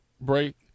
break